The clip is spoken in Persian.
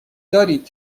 دارید